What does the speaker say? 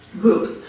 groups